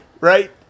Right